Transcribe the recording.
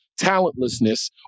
talentlessness